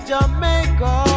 Jamaica